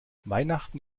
weihnachten